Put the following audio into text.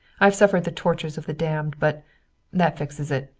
i've suffered the tortures of the damned, but that fixes it.